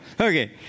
okay